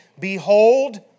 Behold